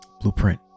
blueprint